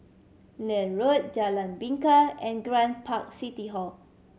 Neil Road Jalan Bingka and Grand Park City Hall